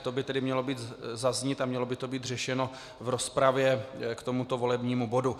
To by tedy mělo zaznít a mělo by to být řešeno v rozpravě k tomuto volebnímu bodu.